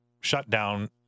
shut-down